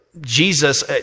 Jesus